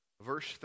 verse